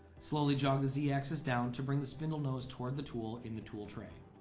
slowly jog the z-axis down to bring the spindle nose toward the tool in the tool tray.